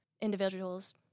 individuals